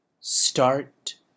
Start